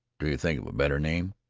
till you think of a better name?